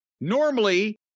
normally